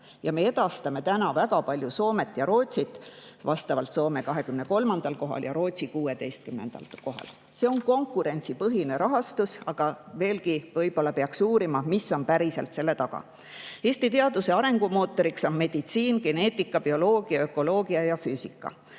ja me edestame täna väga palju Soomet ja Rootsit, vastavalt Soome 23. kohal ja Rootsi 16. kohal. See on konkurentsipõhine rahastus, aga veelgi võib-olla peaks uurima, mis on päriselt selle taga. Eesti teaduse arengumootoriks on meditsiin, geneetika, bioloogia, ökoloogia ja füüsika,